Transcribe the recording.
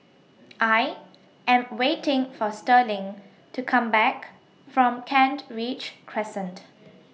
I Am waiting For Sterling to Come Back from Kent Ridge Crescent